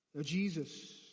Jesus